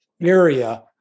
area